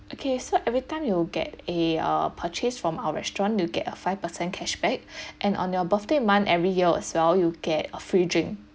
okay so everytime you will get a err purchase from our restaurant you'll get a five percent cashback and on your birthday month every year as well you'll get a free drink